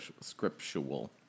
scriptural